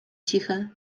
ciche